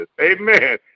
Amen